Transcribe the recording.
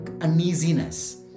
uneasiness